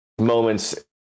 moments